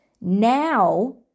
Now